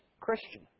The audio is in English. Christian